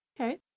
okay